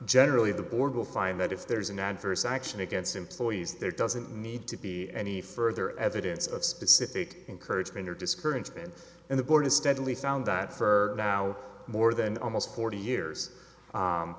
generally the board will find that if there's an adverse action against employees there doesn't need to be any further evidence of specific encouragement or discouragement in the board is steadily found that for more than almost forty years